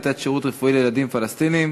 משאלי לתת שירות רפואי לילדים פלסטינים.